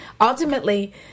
ultimately